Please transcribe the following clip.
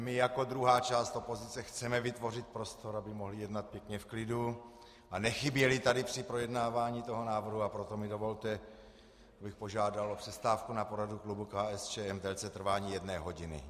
My jako druhá část opozice chceme vytvořit prostor, aby mohli jednat pěkně v klidu a nechyběli tady při projednávání toho návrhu, a proto mi dovolte, abych požádal o přestávku na poradu klubu KSČM v délce trvání jedné hodiny.